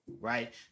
right